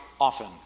often